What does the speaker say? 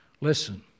Listen